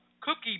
cookie